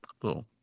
Cool